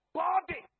body